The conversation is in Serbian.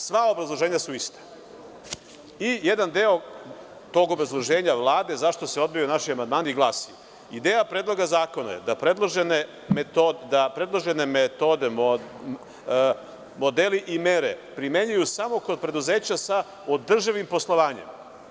Sva obrazloženja su ista, i jedan deo tog obrazloženja Vlade zašto se odbijaju naši amandmani glasi – ideja predloga zakona je da predloženi modeli i mere primenjuju se samo kod preduzeća sa održivim poslovanjem.